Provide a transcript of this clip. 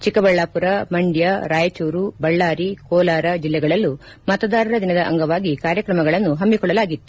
ಚಿಕ್ಕಬಳ್ಯಾಮರ ಮಂಡ್ಕ ಬಳ್ಳಾರಿ ಕೋಲಾರ ಜಿಲ್ಲೆಗಳಲ್ಲೂ ಮತದಾರರ ದಿನದ ಅಂಗವಾಗಿ ಕಾರ್ಯಕ್ರಮಗಳನ್ನು ಹಮ್ಮಿಕೊಳ್ಳಲಾಗಿತ್ತು